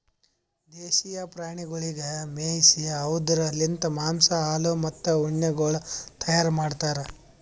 ದೇಶೀಯ ಪ್ರಾಣಿಗೊಳಿಗ್ ಮೇಯಿಸಿ ಅವ್ದುರ್ ಲಿಂತ್ ಮಾಂಸ, ಹಾಲು, ಮತ್ತ ಉಣ್ಣೆಗೊಳ್ ತೈಯಾರ್ ಮಾಡ್ತಾರ್